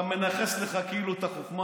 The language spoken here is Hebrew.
אתה מנכס לך כאילו את החוכמה,